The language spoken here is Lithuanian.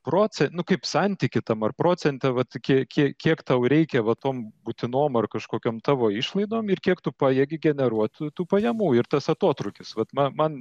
proce nu kaip santyky tam ar procente vat kie kie kiek tau reikia va tom būtinom ar kažkokiom tavo išlaidom ir kiek tu pajėgi generuot tų pajamų ir tas atotrūkis vat man man